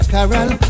Carol